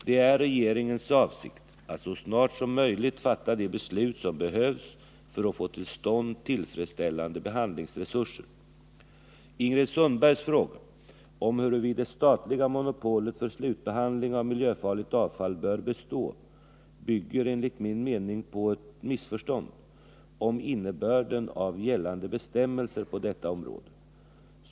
Det är regeringens avsikt att så snart som möjligt fatta de beslut som behövs för att få till stånd tillfredsställande behandlingsresurser. Ingrid Sundbergs fråga om huruvida det statliga monopolet för slutbehandling av miljöfarligt avfall bör bestå bygger enligt min mening på ett missförstånd beträffande innebörden av gällande bestämmelser på detta område.